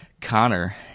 Connor